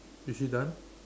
is she done